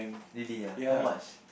really ah how much